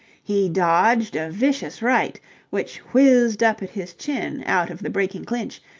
he dodged a vicious right which whizzed up at his chin out of the breaking clinch,